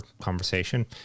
conversation